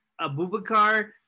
Abubakar